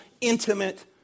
intimate